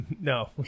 no